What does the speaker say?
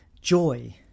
joy